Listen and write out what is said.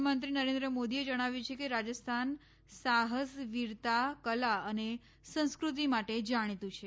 પ્રધાનમંત્રી નરેન્દ્ર મોદીએ જણાવ્યું છે કે રાજસ્થાન સાહસ વીરતા કલા અને સંસ્કૃતિ માટે જાણીતું છે